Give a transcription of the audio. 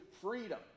Freedom